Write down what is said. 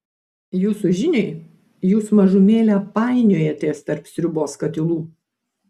jūsų žiniai jūs mažumėlę painiojatės tarp sriubos katilų